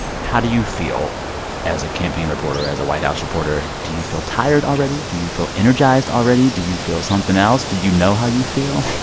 how do you feel as a campaign reporter, as a white house reporter? do you feel tired already? do you feel energized already? do you feel something else? do you know how you feel?